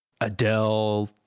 Adele